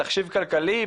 בתחשיב כלכלי,